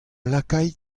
lakait